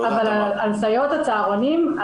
אבל על סייעות הצהרונים,